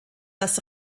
das